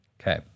Okay